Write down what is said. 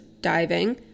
diving